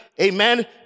amen